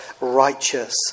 righteous